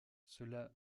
cela